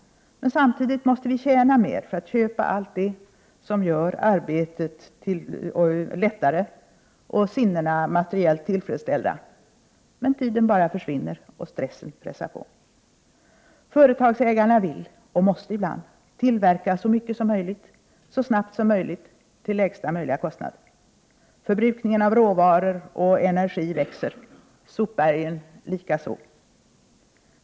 Men samtidigt måste vi tjäna mer för att köpa allt det som gör arbetet lättare och sinnena materiellt tillfredsställda. Men tiden bara försvinner och stressen pressar på. Företagsägarna vill — och måste ibland — tillverka så mycket som möjligt, så snabbt som möjligt och till lägsta möjliga kostnad. Förbrukningen av råvaror och energi växer, sopbergen likaså.